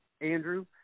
Andrew